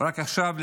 רק עכשיו,